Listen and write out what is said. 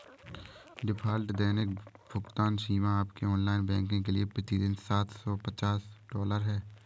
default दैनिक भुगतान सीमा आपके ऑनलाइन बैंकिंग के लिए प्रति दिन सात सौ पचास डॉलर है